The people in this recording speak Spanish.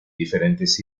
diferentes